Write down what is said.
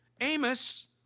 Amos